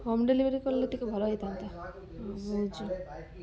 home delivery କଲେ ଟିକେ ଭଲ ହେଇଥାନ୍ତା